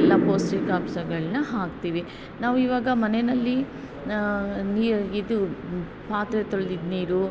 ಎಲ್ಲ ಪೌಷ್ಠಿಕಾಂಶಗಳನ್ನು ಹಾಕ್ತೀವಿ ನಾವು ಇವಾಗ ಮನೆಯಲ್ಲಿ ನೀರು ಇದು ಪಾತ್ರೆ ತೊಳ್ದಿದ್ದ ನೀರು